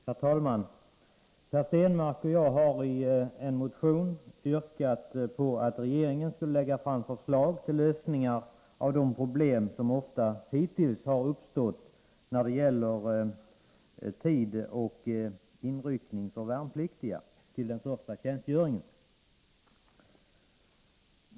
Herr talman! Per Stenmarck och jag har i en motion yrkat att regeringen skulle lägga fram förslag till lösningar på de problem som hittills ofta har uppstått när det gäller tidpunkt för inryckning till den första värnpliktstjänstgöringen.